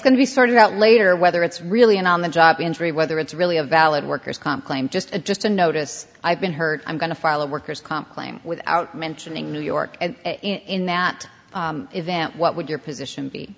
going to be sorted out later whether it's really an on the job injury whether it's really a valid worker's comp claim just just a notice i've been hurt i'm going to file a worker's comp claim without mentioning new york and in that event what would your position be